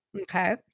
Okay